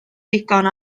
digon